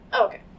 okay